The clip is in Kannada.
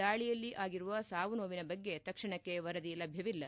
ದಾಳಿಯಲ್ಲಿ ಆಗಿರುವ ಸಾವುನೋವಿನ ಬಗ್ಗೆ ತಕ್ಷಣಕ್ಕೆ ವರದಿ ಲಭ್ಯವಿಲ್ಲ